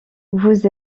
vous